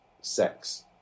sex